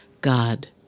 God